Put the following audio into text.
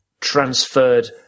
transferred